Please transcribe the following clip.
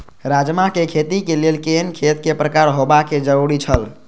राजमा के खेती के लेल केहेन खेत केय प्रकार होबाक जरुरी छल?